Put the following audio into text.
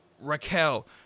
Raquel